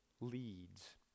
leads